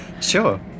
Sure